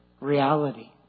reality